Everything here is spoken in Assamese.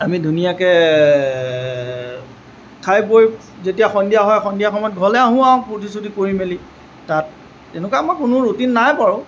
আমি ধুনীয়াকৈ খাই বৈ যেতিয়া সন্ধিয়া হয় সন্ধিয়া সময়ত ঘৰলৈ আহোঁ আৰু ফূৰ্তি চুৰ্টি কৰি মেলি তাত তেনেকুৱা আমাৰ কোনো ৰুটিন নাই বাৰু